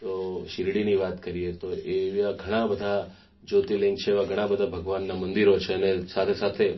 તો શીરડીની વાત કરીએ તો એવાં ઘણાં બધાં જ્યોર્તિલિંગ છે એવાં ઘણાં બધા ભગવાનનાં મંદિરો છે અને સાથે સાથે